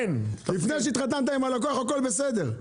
לפני שהתחתנת עם הלקוח הכול בסדר.